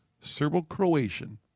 Serbo-Croatian